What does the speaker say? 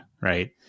right